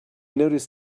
noticed